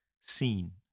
seen